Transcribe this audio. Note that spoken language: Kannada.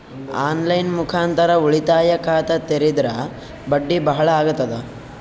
ಆನ್ ಲೈನ್ ಮುಖಾಂತರ ಉಳಿತಾಯ ಖಾತ ತೇರಿದ್ರ ಬಡ್ಡಿ ಬಹಳ ಅಗತದ?